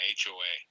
hoa